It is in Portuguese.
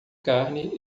carne